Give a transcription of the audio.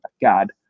God